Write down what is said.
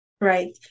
Right